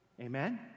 Amen